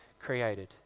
created